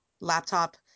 laptop